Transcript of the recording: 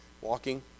walking